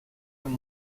amb